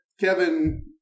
Kevin